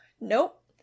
Nope